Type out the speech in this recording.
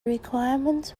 requirements